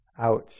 ouch